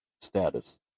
status